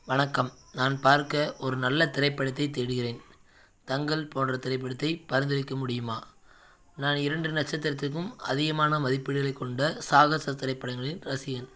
வணக்கம் நான் பார்க்க ஒரு நல்ல திரைப்படத்தைத் தேடுகிறேன் தங்கல் போன்ற திரைப்படத்தைப் பரிந்துரைக்க முடியுமா நான் இரண்டு நட்சத்திரத்துக்கும் அதிகமான மதிப்பீடுகளைக் கொண்ட சாகசத் திரைப்படங்களின் ரசிகன்